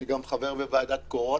ואני חבר גם בוועדת הקורונה.